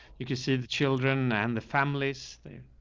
you could see the children and the families. they're